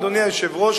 אדוני היושב-ראש,